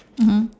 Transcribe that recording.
mmhmm